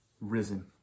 risen